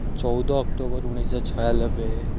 ଚଉଦ ଅକ୍ଟୋବର୍ ଉଣେଇଶହ ଛୟାନବେ